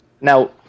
Now